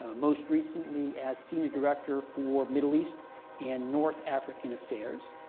ah most recently as senior director for middle east and north african affairs.